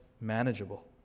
manageable